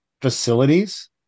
facilities